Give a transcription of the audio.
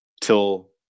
till